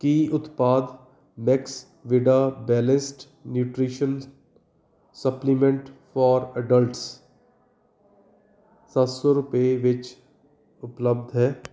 ਕੀ ਉਤਪਾਦ Maxvida balanced nutrition supplement for adults ਸੱਤ ਸੌ ਰੁਪਏ ਵਿੱਚ ਉਪਲੱਬਧ ਹੈ